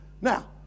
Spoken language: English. now